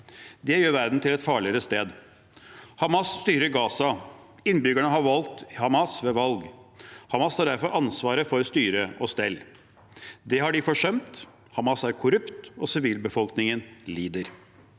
Det gjør verden til et farligere sted. Hamas styrer Gaza. Innbyggerne har valgt Hamas ved valg. Hamas har derfor ansvar for styre og stell. Det har de forsømt. Hamas er korrupt, og sivilbefolkningen lider.